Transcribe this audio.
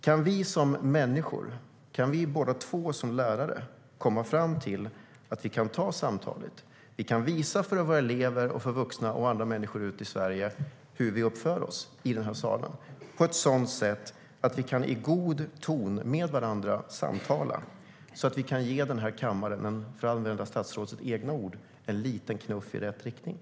Om vi som människor, om vi båda två som lärare, kan komma fram till att vi kan ta samtalet, om vi kan visa för våra elever och för vuxna och andra människor ute i Sverige hur vi uppför oss i den här salen, på ett sådant sätt att vi kan samtala i god ton med varandra, kan vi, för att använda statsrådets egna ord, ge den här kammaren en liten knuff i rätt riktning.